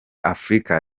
afrika